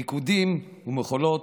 ריקודים ומחולות,